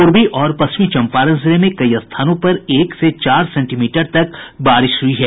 पूर्वी और पश्चिमी चम्पारण जिले में कई स्थानों पर एक से चार सेंटीमीटर तक बारिश हुई है